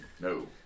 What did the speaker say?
No